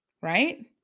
right